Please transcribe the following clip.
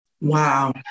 Wow